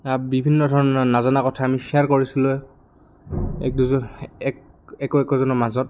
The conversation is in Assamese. বিভিন্ন ধৰণৰ নাজানা কথা আমি শ্বেয়াৰ কৰিছিলোঁ এক দুজন এক একো একোজনৰ মাজত